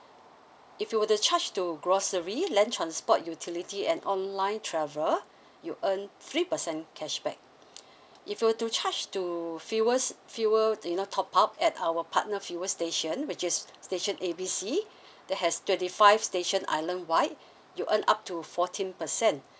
if you were the charge to grocery land transport utility and online travel you earn three percent cashback if you were to charge to fuels fuel you know top up at our partner fuel station which is station A B C that has twenty five station island wide you earn up to fourteen percent